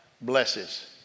blesses